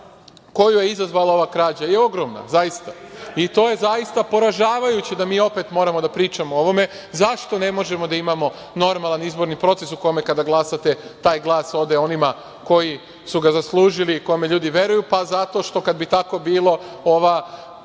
koju je izazvala ova krađa je ogromna zaista i to je zaista poražavajuće da mi opet moramo da pričamo o ovome. Zašto ne možemo da imamo normalan izborni proces, u kome kada glasate taj glas ode onima koji su ga zaslužili, kome ljudi veruju? Pa zato što, kada bi tako bilo, ova